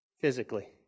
physically